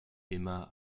immer